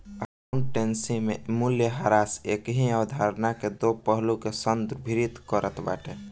accountancy में मूल्यह्रास एकही अवधारणा के दो पहलू के संदर्भित करत बाटे